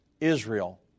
Israel